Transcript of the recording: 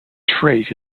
trait